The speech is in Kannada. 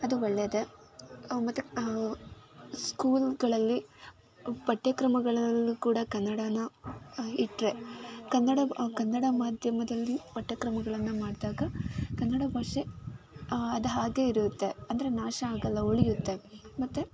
ಅದು ಒಳ್ಳೇದೆ ಅವು ಮತ್ತು ಸ್ಕೂಲುಗಳಲ್ಲಿ ಪಠ್ಯಕ್ರಮಗಳಲ್ಲೂ ಕೂಡ ಕನ್ನಡನ ಇಟ್ಟರೆ ಕನ್ನಡ ಕನ್ನಡ ಮಾಧ್ಯಮದಲ್ಲಿ ಪಠ್ಯಕ್ರಮಗಳನ್ನು ಮಾಡಿದಾಗ ಕನ್ನಡ ಭಾಷೆ ಅದು ಹಾಗೇ ಇರುತ್ತೆ ಅಂದರೆ ನಾಶ ಆಗೋಲ್ಲ ಉಳಿಯುತ್ತೆ ಮತ್ತು